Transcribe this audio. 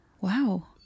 Wow